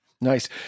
Nice